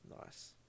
Nice